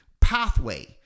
pathway